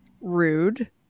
rude